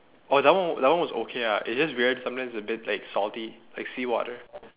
oh that one that one was okay ah it's just weird sometimes a bit like salty like seawater